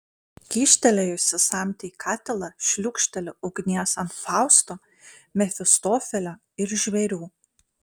kyštelėjusi samtį į katilą šliūkšteli ugnies ant fausto mefistofelio ir žvėrių